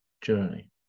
journey